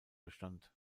bestand